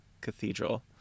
cathedral